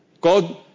God